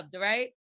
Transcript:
right